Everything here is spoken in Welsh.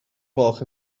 gloch